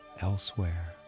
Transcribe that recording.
elsewhere